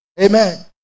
Amen